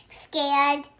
scared